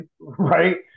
Right